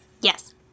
Yes